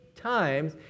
times